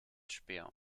speer